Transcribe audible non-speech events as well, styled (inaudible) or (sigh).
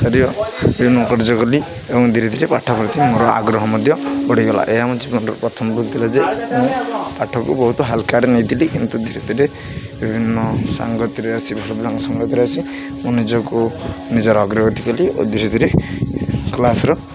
(unintelligible) ବିଭିନ୍ନକାର୍ଯ୍ୟ କଲି ଏବଂ ଧୀରେ ଧୀରେ ପାଠ ପଢ଼ି ମୋର ଆଗ୍ରହ ମଧ୍ୟ ବଢ଼ିଗଲା ଏହା ମୋ ଜୀବନର ପ୍ରଥମ ଭୁଲ୍ ଥିଲା ଯେ ମୁଁ ପାଠକୁ ବହୁତ ହାଲକାରେ ନେଇଥିଲି କିନ୍ତୁ ଧୀରେ ଧୀରେ ବିଭିନ୍ନ ସଙ୍ଗତିରେ ଆସି ଭଲ ପିଲାଙ୍କ ସାଙ୍ଗତରେ ଆସି ମୁଁ ନିଜକୁ ନିଜର ଅଗ୍ରଗତି କଲି ଓ ଧୀରେ ଧୀରେ କ୍ଲାସ୍ର